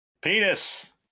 Penis